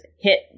hit